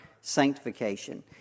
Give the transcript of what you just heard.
sanctification